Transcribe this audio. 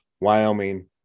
Wyoming